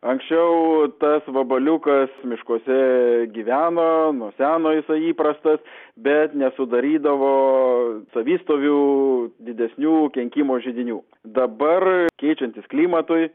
anksčiau tas vabaliukas miškuose gyveno nuo seno jisai įprastas bet nesudarydavo savistovių didesnių kenkimo židinių dabar keičiantis klimatui